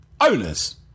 owners